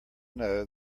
know